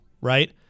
right